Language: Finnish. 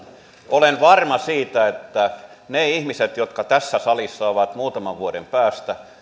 olen varma siitä että ne ihmiset jotka tässä salissa ovat muutaman vuoden päästä